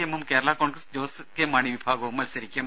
എമ്മും കേരളാ കോൺഗ്രസ് ജോസ് കെ മാണി വിഭാഗവും മത്സരിക്കും